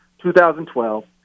2012